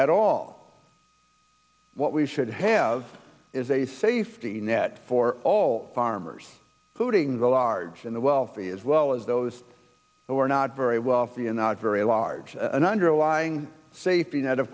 at all what we should have is a safety net for all farmers who being the large and the wealthy is well as those who are not very wealthy and not very large an underlying safety net